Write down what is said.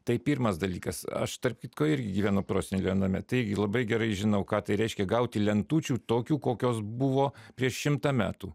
tai pirmas dalykas aš tarp kitko irgi gyvenu prosenelio name taigi labai gerai žinau ką tai reiškia gauti lentučių tokių kokios buvo prieš šimtą metų